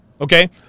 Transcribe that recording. okay